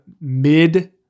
mid